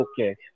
Okay